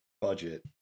budget